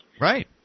Right